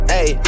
Hey